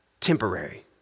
temporary